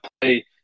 play